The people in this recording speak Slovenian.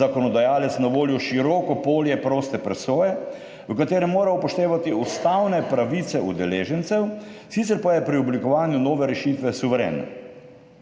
zakonodajalec na voljo široko polje proste presoje, v katerem mora upoštevati ustavne pravice udeležencev, sicer pa je pri oblikovanju nove rešitve suveren.